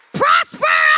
prosper